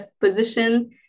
position